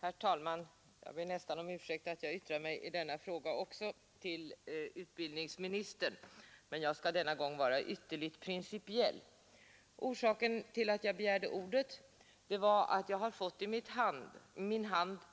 Herr talman! Jag ber nästan om ursäkt för att jag yttrar mig också i denna fråga till utbildningsministern, men jag skall denna gång vara ytterligt principiell. Orsaken till att jag begärt ordet är att jag i min hand fått